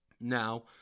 Now